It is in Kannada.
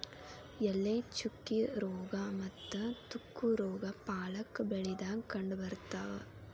ಎಲೆ ಚುಕ್ಕಿ ರೋಗಾ ಮತ್ತ ತುಕ್ಕು ರೋಗಾ ಪಾಲಕ್ ಬೆಳಿದಾಗ ಕಂಡಬರ್ತಾವ